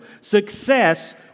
Success